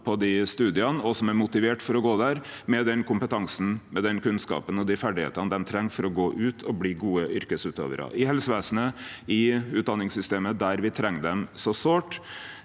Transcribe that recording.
på dei studia, og som er motiverte for å gå der, med den kompetansen, den kunnskapen og dei ferdigheitene dei treng for å gå ut og bli gode yrkesutøvarar i helsevesenet og i utdanningssystemet, der me treng dei så sårt.